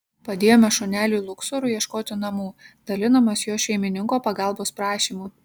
padėjome šuneliui luksorui ieškoti namų dalinomės jo šeimininko pagalbos prašymu